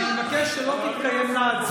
אני מבקש שלא תתקיימנה הצבעות כשהשר לא במליאה.